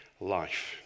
life